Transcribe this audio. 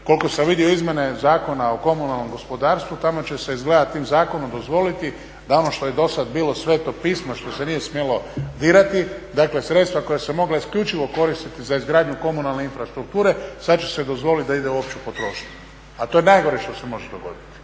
koliko sam vidio izmjene Zakona o komunalnom gospodarstvu tamo će se izgleda tim zakonom dozvoliti da ono što je dosad bilo Sveto pismo što se nije smjelo dirati, dakle sredstva koja su se mogla isključivo koristiti za izgradnju komunalne infrastrukture sad će se dozvoliti da ide u opću potrošnju. A to je najgore što se može dogoditi.